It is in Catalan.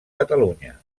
catalunya